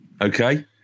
Okay